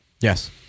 Yes